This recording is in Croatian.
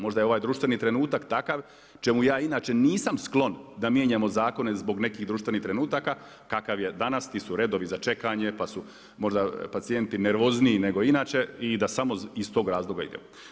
Možda je ovaj društveni trenutak takav čemu ja inače nisam sklon da mijenjamo zakone zbog nekih društvenih trenutaka kakav je danas, ti su redovi za čekanje, pa su možda pacijenti nervozniji nego inače i da samo iz tog razloga idemo.